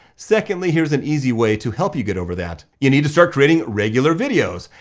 secondly, here's an easy way to help you get over that, you need to start creating regular videos.